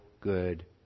good